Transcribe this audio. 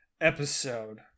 episode